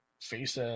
face